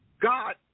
God